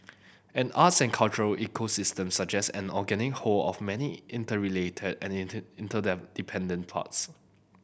an arts and cultural ecosystem suggests an organic whole of many interrelated and parts